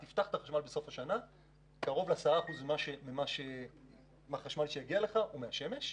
אז קרוב ל-10% מהחשמל שיגיע אליך הוא מהשמש.